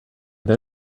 that